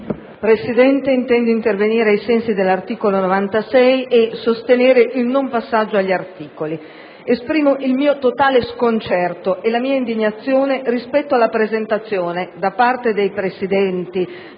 Presidente, intendo intervenire ai sensi dell'articolo 96 del Regolamento e sostenere il non passaggio all'esame degli articoli. Esprimo il mio totale sconcerto e la mia indignazione rispetto alla presentazione da parte dei presidenti,